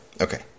Okay